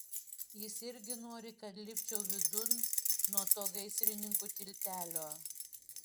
jis irgi nori kad lipčiau vidun nuo to gaisrininkų tiltelio